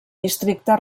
districte